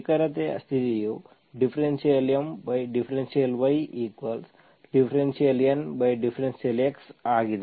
ನಿಖರತೆಯ ಸ್ಥಿತಿಯು ∂M∂y∂N∂x ಆಗಿದೆ